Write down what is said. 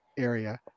area